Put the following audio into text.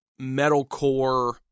metalcore